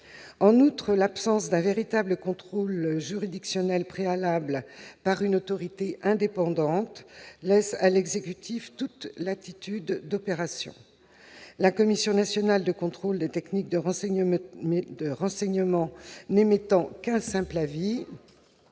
En outre, l'absence d'un véritable contrôle juridictionnel préalable par une autorité indépendante laisse à l'exécutif toute latitude d'opération. La Commission nationale de contrôle des techniques de renseignement n'émettant qu'un simple avis,